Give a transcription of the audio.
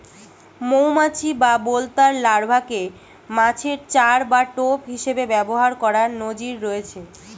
মৌমাছি বা বোলতার লার্ভাকে মাছের চার বা টোপ হিসেবে ব্যবহার করার নজির রয়েছে